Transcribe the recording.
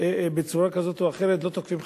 שבצורה כזאת או אחרת לא תוקפים חיילים,